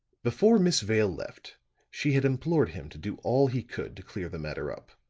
before miss vale left she had implored him to do all he could to clear the matter up,